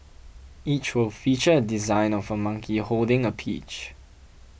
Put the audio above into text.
each will feature a design of a monkey holding a peach